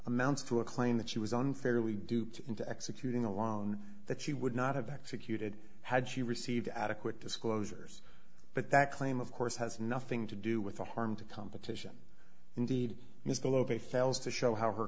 amounts to a claim that she was unfairly duped into executing a loan that she would not have executed had she received adequate disclosures but that claim of course has nothing to do with the harm to competition indeed is the location fails to show how her